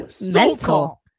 mental